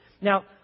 Now